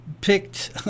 Picked